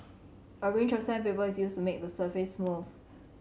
a range of sandpaper is used to make the surface smooth